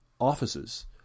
offices